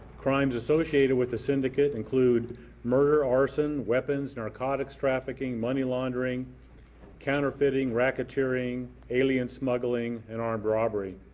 crimes associated with the syndicate include murder, arson, weapons, narcotics trafficking, money laundering counterfeiting racketeering, alien smuggling and armed robbery.